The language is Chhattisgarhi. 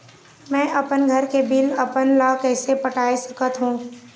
मैं अपन घर के बिल हमन ला कैसे पटाए सकत हो?